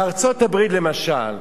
בארצות-הברית למשל,